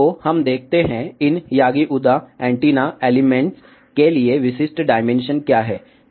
तो हम देखते हैं इन यागी उदा एंटीना एलिमेंट्स के लिए विशिष्ट डायमेंशन क्या हैं